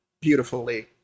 beautifully